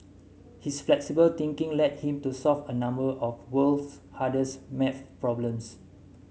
his flexible thinking led him to solve a number of world's hardest maths problems